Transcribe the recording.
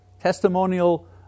Testimonial